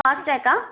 ஃபாஸ்ட்ராக்கா